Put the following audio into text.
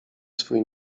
swój